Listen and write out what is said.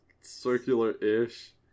circular-ish